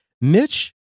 Mitch